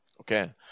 Okay